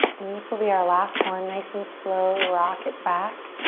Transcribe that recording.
and this will be our last one, nice and slow, rock it back.